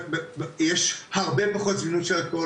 יש הרבה פחות זמינות של אלכוהול,